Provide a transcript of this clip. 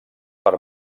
per